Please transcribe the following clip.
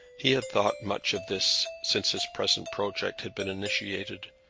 he had thought much of this since his present project had been initiated,